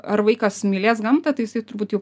ar vaikas mylės gamtą tai jisai turbūt jau